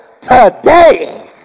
today